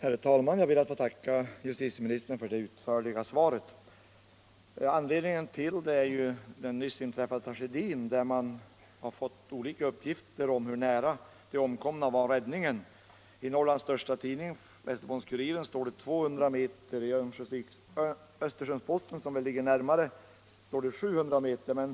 Herr talman! Jag ber att få tacka justitieministern för det utförliga svaret. Anledningen till frågan är den nyss inträffade tragedin, där man fått olika uppgifter om hur nära de omkomna var räddningen. I Norrlands största tidning, Västerbottens-Kuriren, stod det 200 meter. I Östersunds Posten, som väl utkommer på en plats som ligger närmare, står det 700 meter.